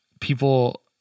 people